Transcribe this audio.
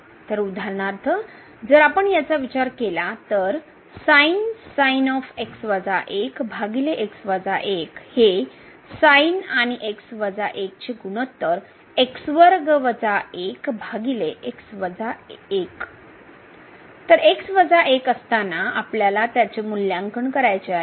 तर उदाहरणार्थ जर आपण याचा विचार केला तर हे आणि x वजा 1 चे गुणोत्तर X 1 असताना आपल्याला त्याचे मूल्यांकन करायचे आहे